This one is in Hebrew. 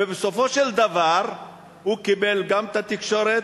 ובסופו של דבר הוא קיבל גם את התקשורת,